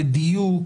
לדיוק,